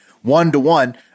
one-to-one